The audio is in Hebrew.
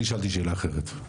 אני שאלתי שאלה אחרת.